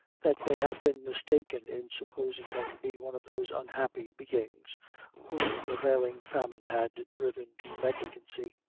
that they had been mistaken in supposing her to be one of those unhappy beings whom the prevailing famine had driven to mendicancy.